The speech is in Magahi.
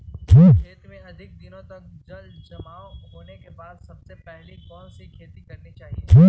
खेत में अधिक दिनों तक जल जमाओ होने के बाद सबसे पहली कौन सी खेती करनी चाहिए?